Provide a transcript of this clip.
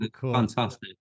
Fantastic